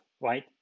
right